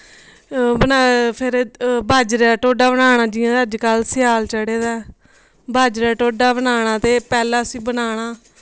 बना फिर बाजरे दा टोडा बनाना जिआं अजकल्ल सियाल चढ़े दा बाजरे दा टोडा बनाना ते पैह्ले उस्सी बनाना